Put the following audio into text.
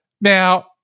Now